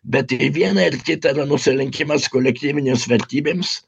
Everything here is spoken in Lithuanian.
bet ir viena ir kita nusilenkimas kolektyvinėms vertybėms